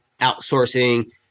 outsourcing